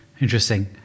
Interesting